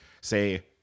say